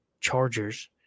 Chargers